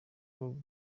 rwo